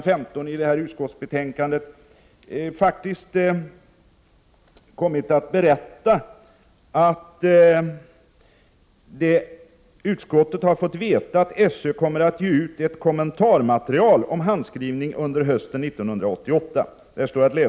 15i förevarande betänkande står att utskottet har fått veta att SÖ kommer att ge ut ett kommentarmaterial om handskrivning under hösten 1988.